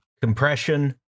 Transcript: Compression